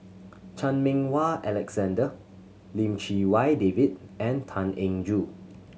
Chan Meng Wah Alexander Lim Chee Wai David and Tan Eng Joo